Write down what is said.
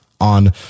on